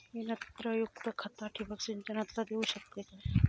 मी नत्रयुक्त खता ठिबक सिंचनातना देऊ शकतय काय?